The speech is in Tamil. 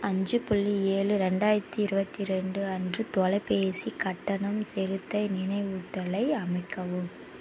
அஞ்சி புள்ளி ஏழு ரெண்டாயிரத்தி இருபத்தி ரெண்டு அன்று தொலைபேசி கட்டணம் செலுத்த நினைவூட்டலை அமைக்கவும்